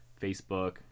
facebook